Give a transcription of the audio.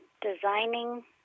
designing